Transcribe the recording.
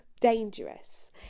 dangerous